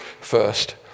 first